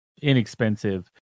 inexpensive